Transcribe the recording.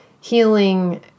healing